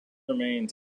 remains